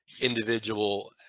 individual